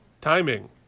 Timing